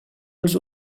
els